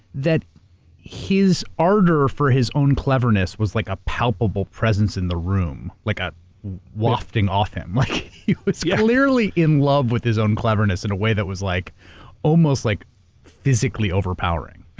that his ardor for his own cleverness was like a palpable presence in the room, like a wafting off him. he like was clearly in love with his own cleverness in a way that was like almost like physically overpowering.